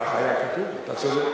כך היה כתוב, אתה צודק.